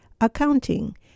accounting